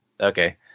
Okay